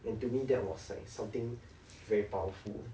and to me that was like something very powerful